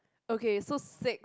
okay so six